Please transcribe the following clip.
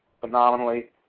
phenomenally